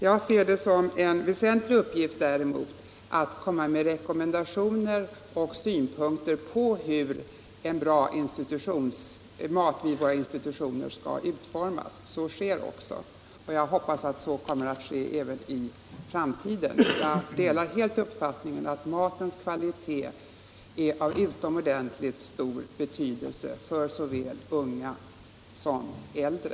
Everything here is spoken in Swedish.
Jag ser det däremot som en väsentlig uppgift att komma med rekommendationer och information när det gäller maten på institutionerna. Så sker också, och jag räknar med att så kommer att ske även i framtiden. Jag delar uppfattningen att matens kvalitet är av utomordentligt stor betydelse för såväl unga som äldre.